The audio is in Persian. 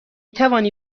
توانی